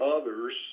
others